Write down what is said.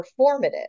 performative